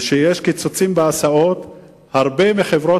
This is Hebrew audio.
וכשיש קיצוצים בהסעות הרבה מחברות